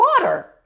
water